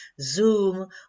zoom